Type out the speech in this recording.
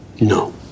No